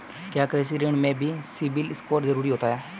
क्या कृषि ऋण में भी सिबिल स्कोर जरूरी होता है?